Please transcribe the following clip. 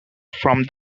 from